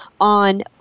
on